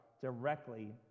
directly